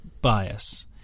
bias